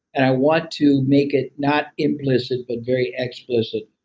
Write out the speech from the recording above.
and i want to make it not implicit, but very explicit.